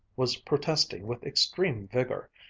was protesting with extreme vigor,